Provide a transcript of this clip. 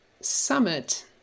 summit